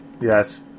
Yes